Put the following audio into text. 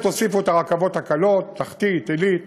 על זה תוסיפו את הרכבות הקלות, תחתית, עילית,